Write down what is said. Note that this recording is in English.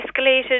escalated